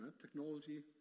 Technology